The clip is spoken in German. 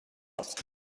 aus